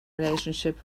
relationship